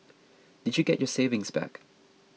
did you get your savings back